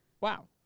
wow